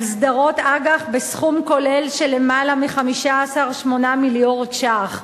סדרות אג"ח בסכום כולל של למעלה מ-15.8 מיליארד ש"ח.